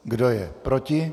Kdo je proti?